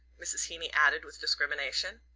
mrs. heeny added with discrimination.